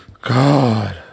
God